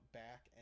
back